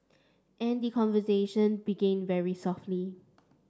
and the conversation begin very softly